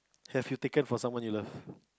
have you taken for someone you love